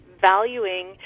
valuing